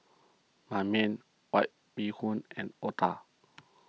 Ban Mian White Bee Hoon and Otah